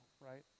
right